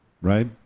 right